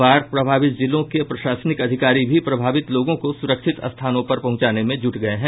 बाढ़ प्रभावित जिलों के प्रशासनिक अधिकारी भी प्रभावित लोगों को सुरक्षित स्थानों पर पहुंचाने में जुटे हुये हैं